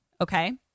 okay